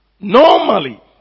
Normally